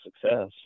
success